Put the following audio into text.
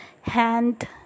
hand